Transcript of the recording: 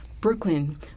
Brooklyn